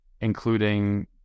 including